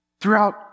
throughout